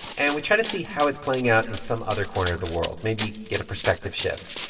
and we try to see how it's playing out in some other corner of the world, maybe get a perspective shift.